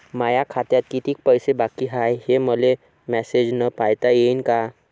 माया खात्यात कितीक पैसे बाकी हाय, हे मले मॅसेजन पायता येईन का?